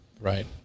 Right